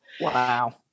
Wow